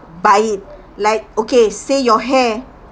by like okay say your hair